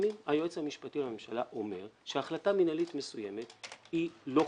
לפעמים היועץ המשפטי לממשלה אומר שהחלטה מנהלית מסוימת לא חוקית.